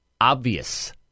obvious